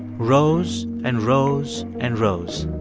rose and rose and rose.